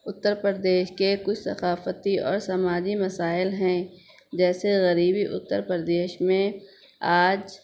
اتر پردیش کے کچھ ثقافتی اور سماجی مسائل ہیں جیسے غریبی اتر پردیش میں آج